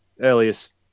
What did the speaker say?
earliest